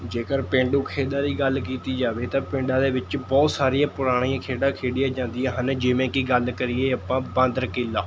ਜੇਕਰ ਪੇਂਡੂ ਖੇਡਾਂ ਦੀ ਗੱਲ ਕੀਤੀ ਜਾਵੇ ਤਾਂ ਪਿੰਡਾਂ ਦੇ ਵਿੱਚ ਬਹੁਤ ਸਾਰੀਆਂ ਪੁਰਾਣੀਆਂ ਖੇਡਾਂ ਖੇਡੀਆਂ ਜਾਂਦੀਆਂ ਹਨ ਜਿਵੇਂ ਕਿ ਗੱਲ ਕਰੀਏ ਆਪਾਂ ਬਾਂਦਰ ਕਿੱਲਾ